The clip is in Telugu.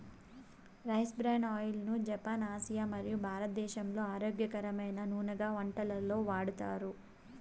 రైస్ బ్రాన్ ఆయిల్ ను జపాన్, ఆసియా మరియు భారతదేశంలో ఆరోగ్యకరమైన నూనెగా వంటలలో వాడతారు